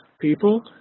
people